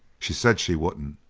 she said she wouldn't.